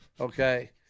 okay